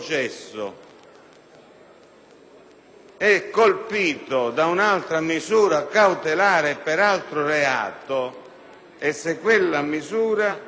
è colpita da un'altra misura cautelare per altro reato, e se quella misura